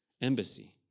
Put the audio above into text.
embassy